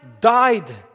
died